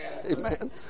Amen